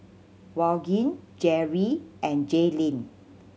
Vaughn Jerry and Jaylene